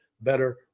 better